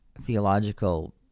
theological